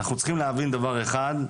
אנחנו צריכים להבין דבר אחד.